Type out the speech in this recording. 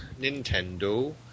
Nintendo